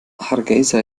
hargeysa